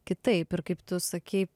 kitaip ir kaip tu sakei